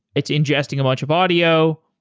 it's ingesting a bunch of audio.